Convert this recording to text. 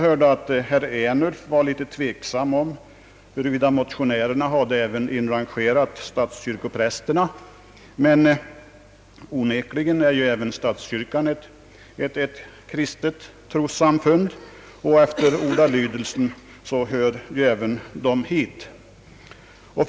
Herr Ernulf var något tveksam huruvida motionärerna även hade inrangerat statskyrkoprästerna i sitt yrkande, men onekligen är även statskyrkan ett kristet trossamfund och ordalydelsen bör därför gälla även för dem.